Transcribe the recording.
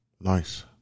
Nice